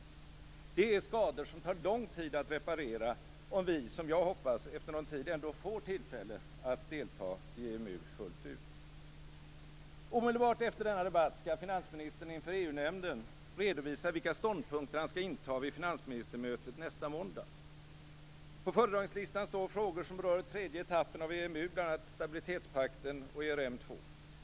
Det leder till skador som det tar lång tid att reparera, om vi - som jag hoppas - efter en tid ändå får tillfälle att delta i EMU fullt ut. Omedelbart efter denna debatt skall finansministern inför EU-nämnden redovisa vilka ståndpunkter som han skall inta vid finansministermötet nästa måndag. På föredragningslistan står frågor som rör tredje etappen av EMU, bl.a. stabilitetspakten och ERM 2.